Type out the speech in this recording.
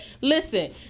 listen